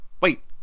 wait